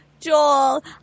Joel